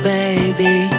baby